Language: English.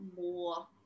more